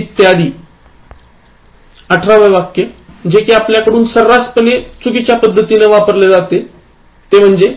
इत्यादी 18 जो कि आपल्याकडून सर्रासपणे चुकीचा वापरला जातो तो म्हणजे